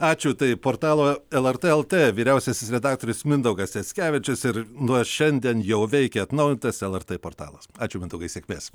ačiū tai portalo el er tė el tė vyriausiasis redaktorius mindaugas jackevičius ir nuo šiandien jau veikia atnaujintas lrt portalas ačiū mindaugai sėkmės